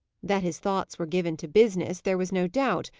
that his thoughts were given to business, there was no doubt,